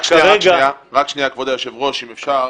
רק שנייה, כבוד היושב-ראש, אם אפשר.